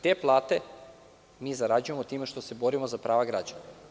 Te plate mi zarađujemo time što se borimo za prava građana.